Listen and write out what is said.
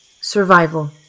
Survival